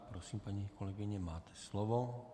Prosím, paní kolegyně, máte slovo.